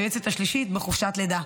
היועצת השלישית בחופשת לידה.